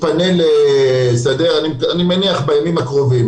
אני מניח שבימים הקרובים,